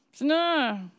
no